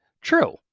True